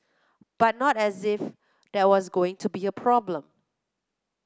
but not as if there was going to be a problem